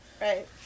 right